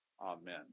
Amen